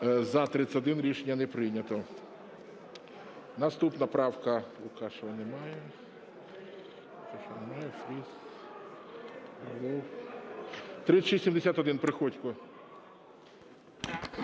За-30 Рішення не прийнято.